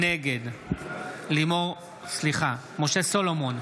נגד משה סולומון,